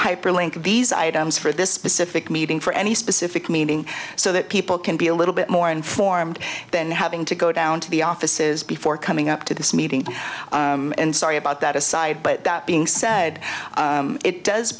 hyperlink these items for this specific meeting for any specific meaning so that people can be a little bit more informed than having to go down to the offices before coming up to this meeting and sorry about that aside but that being said it does